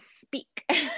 speak